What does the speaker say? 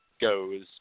goes